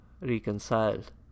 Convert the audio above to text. reconciled